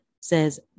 says